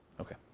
Okay